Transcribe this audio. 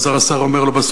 ואז הרס"ר אמר לו,